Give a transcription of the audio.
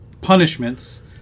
punishments